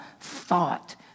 thought